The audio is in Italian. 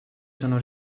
sono